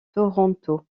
toronto